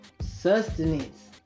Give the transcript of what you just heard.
sustenance